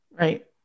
Right